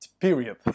period